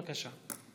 בבקשה.